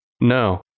No